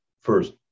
first